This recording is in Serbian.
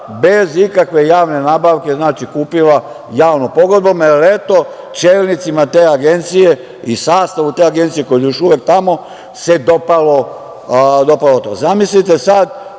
bez ikakve javne nabavke, znači kupila javnom pogodnom, jer eto čelnicima te Agencije i sastavu te Agencije, koja je još uvek tamo, se dopalo to. Zamislite sada